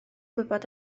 gwybod